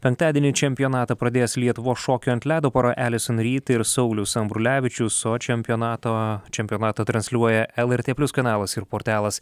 penktadienį čempionatą pradės lietuvos šokių ant ledo pora elison ryd ir saulius ambrulevičius o čempionato čempionatą transliuoja lrt plius kanalas ir portalas